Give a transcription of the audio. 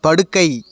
படுக்கை